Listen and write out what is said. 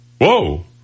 Whoa